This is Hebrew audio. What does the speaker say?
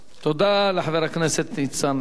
תודה לחבר הכנסת ניצן הורוביץ.